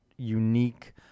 Unique